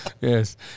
yes